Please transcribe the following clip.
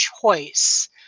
choice